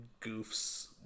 goofs